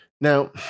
Now